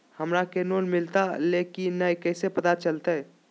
हमरा के लोन मिलता ले की न कैसे पता चलते?